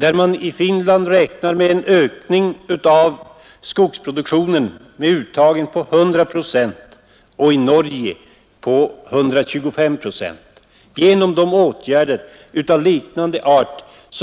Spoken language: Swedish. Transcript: Man räknar i Finland med en ökning av uttaget från skogsproduktionen med 100 procent och i Norge med 125 procent genom att genomföra åtgärder som liknar dem vi